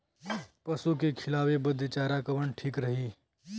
पशु के खिलावे बदे चारा कवन ठीक रही?